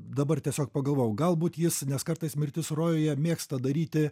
dabar tiesiog pagalvojau galbūt jis nes kartais mirtis rojuje mėgsta daryti